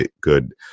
good